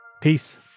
Peace